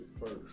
first